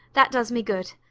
that does me good.